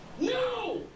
no